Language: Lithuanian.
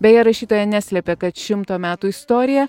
beje rašytoja neslepia kad šimto metų istorija